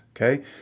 okay